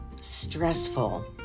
stressful